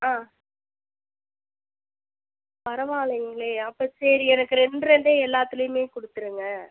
ஆ பரவால்லைங்களே அப்போ சரி எனக்கு ரெண்டு ரெண்டு எல்லாத்துலையுமே கொடுத்துருங்க